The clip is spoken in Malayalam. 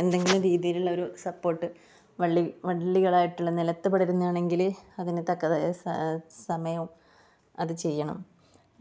എന്തെങ്കിലും രീതിയിലുള്ള ഒരു സപ്പോർട്ട് വള്ളി വള്ളികൾ ആയിട്ടുള്ള നിലത്ത് പടരുന്നതാണെങ്കിൽ അതിന് തക്കതായ സ സമയവും അത് ചെയ്യണം